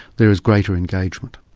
there is greater engagement,